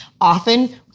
often